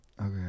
okay